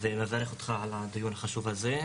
ואני רוצה שהחברה הערבית תדע שהנה,